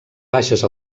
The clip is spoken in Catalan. baixes